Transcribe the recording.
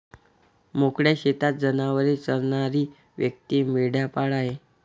मोकळ्या शेतात जनावरे चरणारी व्यक्ती मेंढपाळ आहे